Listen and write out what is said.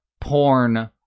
porn